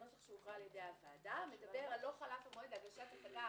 הנוסח שהוקרא על ידי הוועדה מדבר על : "לא חלף המועד להגשת השגה,